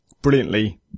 brilliantly